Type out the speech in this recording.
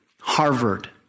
Harvard